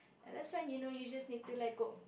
and that's when you know you need to let go